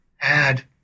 add